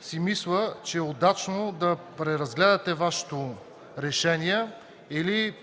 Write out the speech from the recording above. си мисля, че е удачно да преразгледате Вашето решение или